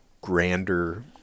grander